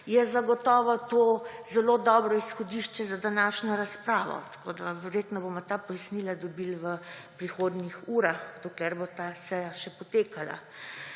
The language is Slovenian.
je zagotovo to zelo dobro izhodišče za današnjo razpravo. Verjetno bomo ta pojasnila dobili v prihodnjih urah, dokler bo ta seja še potekala.